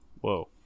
Whoa